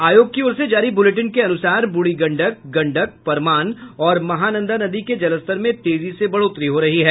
आयोग की ओर से जारी बुलेटिन के अनुसार बूढ़ी गंडक गंडक परमान और महानंदा नदी के जलस्तर में तेजी से बढ़ोतरी हो रही है